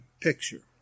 picture